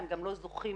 הם גם לא זוכים